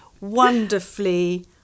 wonderfully